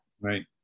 Right